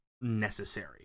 necessary